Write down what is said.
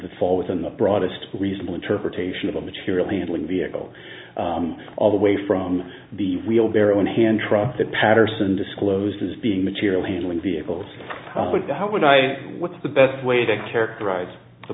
that fall within the broadest reasonable interpretation of a material handling vehicle all the way from the wheelbarrow and hand truck that patterson disclosed as being material handling vehicles but the how would i what's the best way to characterize the